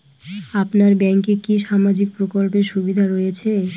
আপনার ব্যাংকে কি সামাজিক প্রকল্পের সুবিধা রয়েছে?